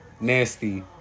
Nasty